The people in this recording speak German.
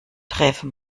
träfe